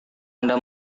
anda